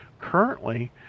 currently